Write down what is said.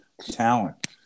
talent